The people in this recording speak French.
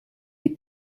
des